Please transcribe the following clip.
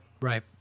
Right